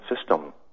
system